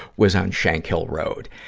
was on shankill road.